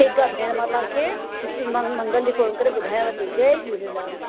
ठीकु आहे भेण मां तव्हांखे मंग मंगल ॾींहं फोन करे ॿुधायांव थी जय झूलेलाल